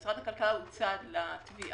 משרד הכלכלה הוא צד לתביעה,